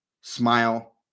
smile